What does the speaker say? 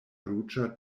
ruĝa